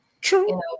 True